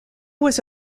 was